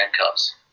handcuffs